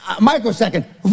microsecond